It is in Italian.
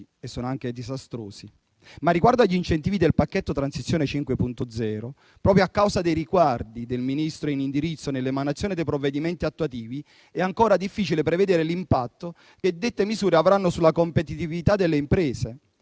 e sono anche disastrosi. Ma riguardo agli incentivi del pacchetto Transizione. 5.0, proprio a causa dei ritardi del Ministro in indirizzo nell'emanazione dei provvedimenti attuativi, è ancora difficile prevedere l'impatto che dette misure avranno sulla competitività delle imprese